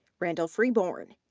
randall freebourn,